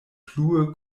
plue